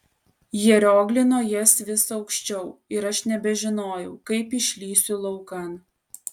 jie rioglino jas vis aukščiau ir aš nebežinojau kaip išlįsiu laukan